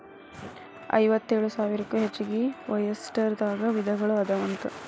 ಐವತ್ತೇಳು ಸಾವಿರಕ್ಕೂ ಹೆಚಗಿ ಒಯಸ್ಟರ್ ದಾಗ ವಿಧಗಳು ಅದಾವಂತ